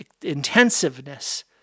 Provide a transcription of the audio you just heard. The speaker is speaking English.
intensiveness